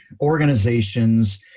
organizations